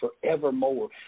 forevermore